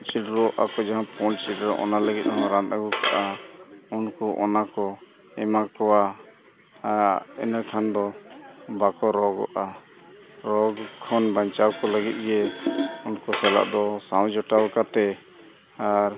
ᱥᱤᱰᱨᱚᱜ ᱟᱠᱚ ᱡᱟᱦᱟᱸ ᱯᱩᱸᱰ ᱥᱤᱸᱰᱨᱚ ᱚᱱᱟ ᱞᱟᱹᱜᱤᱫ ᱦᱚᱸ ᱨᱟᱱ ᱟᱹᱜᱩ ᱠᱟᱜᱼᱟ ᱩᱱᱠᱩ ᱚᱱᱟ ᱠᱚ ᱮᱢᱟ ᱠᱚᱣᱟ ᱟᱨ ᱤᱱᱟᱹ ᱠᱷᱟᱱ ᱫᱚ ᱵᱟᱠᱚ ᱨᱳᱜᱚᱜᱼᱟ ᱨᱳᱜᱽ ᱠᱷᱚᱱ ᱵᱟᱧᱪᱟᱣ ᱠᱚ ᱞᱟᱹᱜᱤᱫ ᱜᱮ ᱩᱱᱠᱩ ᱥᱟᱞᱟᱜ ᱫᱚ ᱥᱟᱶ ᱡᱚᱴᱟᱣ ᱠᱟᱛᱮᱫ ᱟᱨ